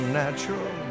natural